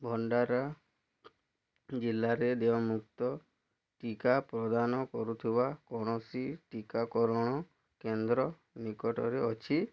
ଭଣ୍ଡାରା ଜିଲ୍ଲାରେ ଦେୟମୁକ୍ତ ଟିକା ପ୍ରଦାନ କରୁଥିବା କୌଣସି ଟିକାକରଣ କେନ୍ଦ୍ର ନିକଟରେ ଅଛି କି